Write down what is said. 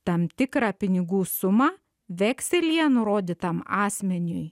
tam tikrą pinigų sumą vekselyje nurodytam asmeniui